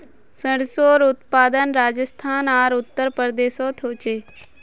सर्सोंर उत्पादन राजस्थान आर उत्तर प्रदेशोत होचे